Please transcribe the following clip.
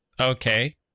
okay